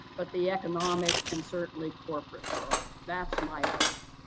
but the economic and certainly corporate world. that's my hope.